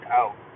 out